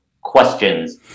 questions